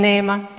Nema.